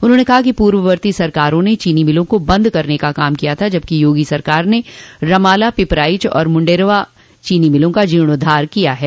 उन्होंने कहा कि पूर्ववर्ती सरकारों ने चीनी मिलों को बंद करने का काम किया था जबकि योगी सरकार ने रमाला पिपराईच और मुंडरवां चीनी मिलों का जीर्णोद्वार किया है